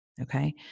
Okay